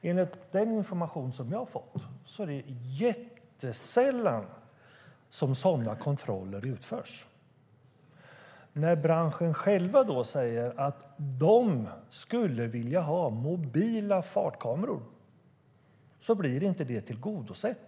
Enligt den information som jag har fått är det mycket sällan som sådana kontroller utförs. När branschen själv säger att de skulle vilja ha mobila fartkameror blir det inte tillgodosett.